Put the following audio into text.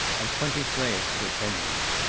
and twenty slaves to attend me.